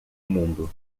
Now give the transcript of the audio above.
mundo